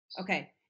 Okay